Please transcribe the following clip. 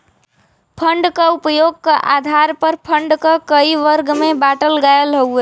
fund क उपयोग क आधार पर फण्ड क कई वर्ग में बाँटल गयल हउवे